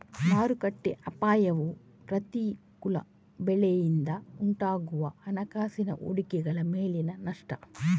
ಮಾರುಕಟ್ಟೆ ಅಪಾಯವು ಪ್ರತಿಕೂಲ ಬೆಲೆಯಿಂದ ಉಂಟಾಗುವ ಹಣಕಾಸಿನ ಹೂಡಿಕೆಗಳ ಮೇಲಿನ ನಷ್ಟ